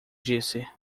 disse